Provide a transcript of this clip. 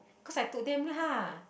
cause I told them lah